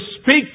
speak